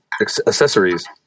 accessories